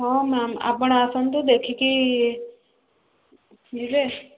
ହଁ ମ୍ୟାମ୍ ଆପଣ ଆସନ୍ତୁ ଦେଖିକି ଯିବେ